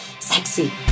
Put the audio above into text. sexy